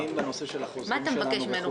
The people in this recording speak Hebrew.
אנחנו תלויים בחוזרים שלנו --- מה אתה מבקש ממנו?